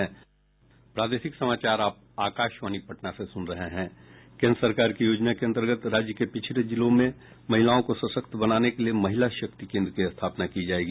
केन्द्र सरकार की योजना के अन्तर्गत राज्य के पिछड़े जिलों में महिलाओं को सशक्त बनाने के लिए महिला शक्ति केन्द्र की स्थापना की जायेगी